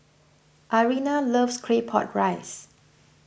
Irena loves Claypot Rice